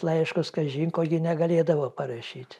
laiškus kažin ko jie negalėdavo parašyt